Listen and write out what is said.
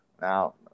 now